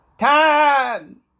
Time